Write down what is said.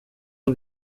aho